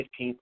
15th